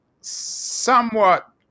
somewhat